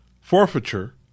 forfeiture